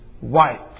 white